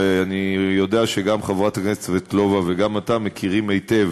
ואני יודע שגם חברת הכנסת סבטלובה וגם אתה מכירים היטב